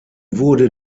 wurde